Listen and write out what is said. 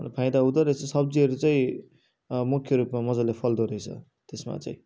र फाइदा हुँदो रहेछ सब्जीहरू चाहिँ मुख्य रूपमा मजाले फल्दो रहेछ त्यसमा चाहिँ